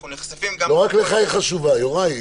אנחנו נחשפים גם --- לא רק לך היא חשובה, יוראי,